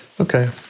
Okay